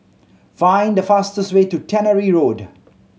find the fastest way to Tannery Road